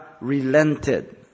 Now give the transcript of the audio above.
relented